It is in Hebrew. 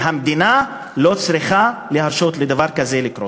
והמדינה לא צריכה להרשות לדבר כזה לקרות.